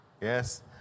Yes